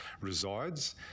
resides